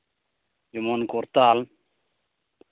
ᱡᱮᱢᱚᱱ ᱠᱚᱨᱛᱟᱞ